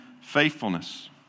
faithfulness